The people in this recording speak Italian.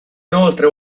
inoltre